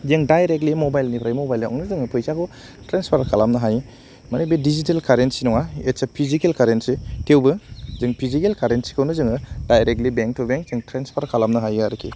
जों दाइरेक्टलि मबाइलनिफ्राय मबाइलावनो जोङो फैसाखौ ट्रेन्सफार खालामनो हायो माने बे डिजिटेल कारेन्सि नङा इत्स ए फिजिकेल कारेन्सि थेवबो जों फिजिकेल कारेन्सिखौनो जोङो दाइरेक्टलि बेंक टु बेंक जों ट्रेनस्फार खालामनो हायो आरोखि